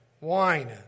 Wine